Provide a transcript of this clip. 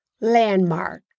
landmark